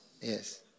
Yes